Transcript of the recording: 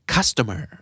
Customer